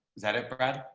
is that it brad